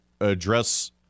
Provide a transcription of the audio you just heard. address